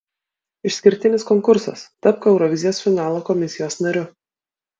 išskirtinis konkursas tapk eurovizijos finalo komisijos nariu